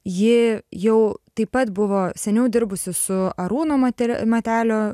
ji jau taip pat buvo seniau dirbusi su arūnu mateliu matelio